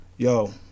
Yo